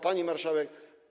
Pani Marszałek!